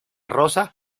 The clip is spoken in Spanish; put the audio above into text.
rosa